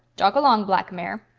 jog along, black mare.